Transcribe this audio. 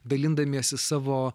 dalindamiesi savo